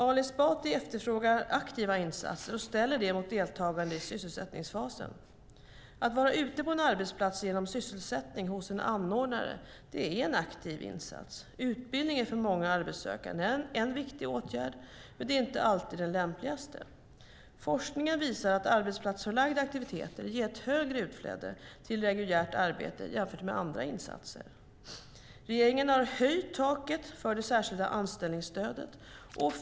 Ali Esbati efterfrågar aktiva insatser och ställer det mot deltagande i sysselsättningsfasen. Att vara ute på en arbetsplats genom sysselsättning hos en anordnare är en aktiv insats. Utbildning är för många arbetssökande en viktig åtgärd, men det är inte alltid den lämpligaste. Forskningen visar att arbetsplatsförlagda aktiviteter ger ett högre utflöde till reguljärt arbete jämfört med andra insatser. Regeringen har höjt taket för det särskilda anställningsstödet.